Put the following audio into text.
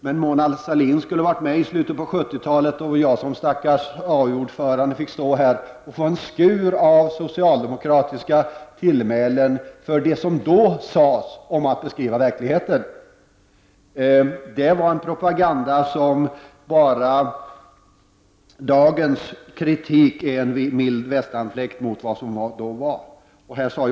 Men Mona Sahlin skulle ha varit med i slutet av 70-talet då jag som stackars ordförande i arbetsmarknadsutskottet fick stå här i kammaren och ta emot en skur av socialdemokratiska tillmälen för det som då sades om att beskriva verkligheten. Dagens kritik är bara en mild västanfläkt i jämförelse med den propaganda som då framfördes.